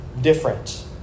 different